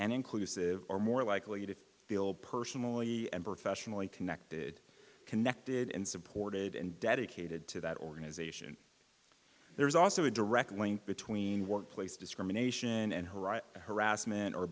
and inclusive are more likely to feel personally and professionally connected connected and supported and dedicated to that organization there is also a direct link between workplace discrimination and herat harassment or